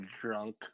drunk